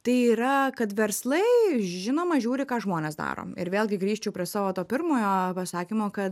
tai yra kad verslai žinoma žiūri ką žmonės darom ir vėlgi grįžčiau prie savo to pirmojo pasakymo kad